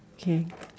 okay